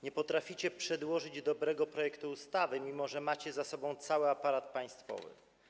Nie potraficie przedłożyć dobrego projektu ustawy, mimo że macie za sobą cały aparat państwowy.